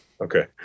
Okay